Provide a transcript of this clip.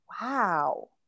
Wow